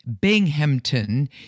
Binghamton